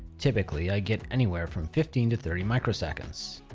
typically i get anywhere from fifteen to thirty microseconds.